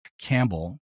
Campbell